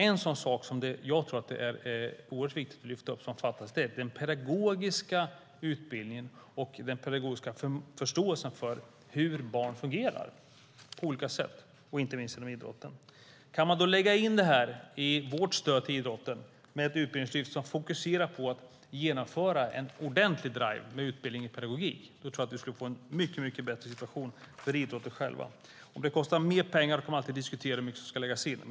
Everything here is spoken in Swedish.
En sådan sak som det är oerhört viktigt att lyfta fram som fattas är den pedagogiska utbildningen och förståelsen för hur barn fungerar på olika sätt, inte minst inom idrotten. Kan man i vårt stöd till idrotten lägga in ett utbildningslyft som fokuserar på att genomföra en ordentlig drive med utbildning i pedagogik tror jag att vi skulle få en mycket bättre situation för idrotten själv. Om det kostar mer pengar kan man alltid diskutera hur mycket som ska läggas in.